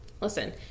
listen